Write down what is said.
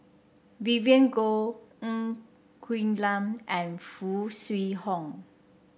Vivien Goh Ng Quee Lam and Foo Kwee Horng